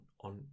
on